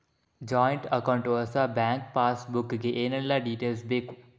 Joint account ಹೊಸ bank passbook ಗೆ ಏನೆಲ್ಲ ಡೀಟೇಲ್ಸ್ ಬೇಕು?